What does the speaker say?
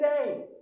today